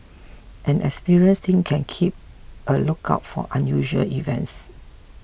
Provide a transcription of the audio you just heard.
an experiencing team can keep a lookout for unusual events